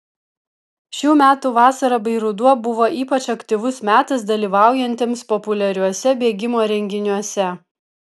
šių metų vasara bei ruduo buvo ypač aktyvus metas dalyvaujantiems populiariuose bėgimo renginiuose